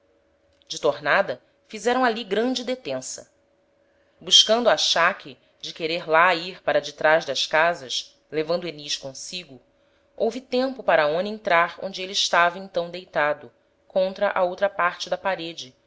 de tornada fizeram ali grande detença buscando achaque de querer lá ir para detraz das casas levando enis consigo houve tempo para aonia entrar onde êle estava então deitado contra a outra parte da parede